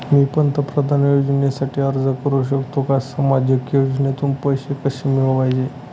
मी पंतप्रधान योजनेसाठी अर्ज करु शकतो का? सामाजिक योजनेतून पैसे कसे मिळवायचे